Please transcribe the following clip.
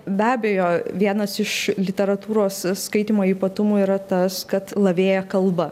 be abejo vienas iš literatūros skaitymo ypatumų yra tas kad lavėja kalba